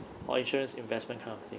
for insurance investment kind of thing